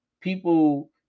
people